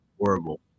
horrible